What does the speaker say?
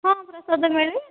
ହଁ ପ୍ରସାଦ ମିଳେ